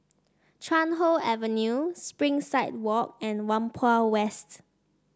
Chuan Hoe Avenue Springside Walk and Whampoa West